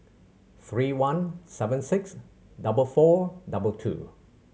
three one seven six double four double two